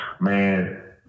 man